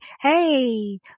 hey